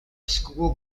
school